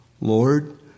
Lord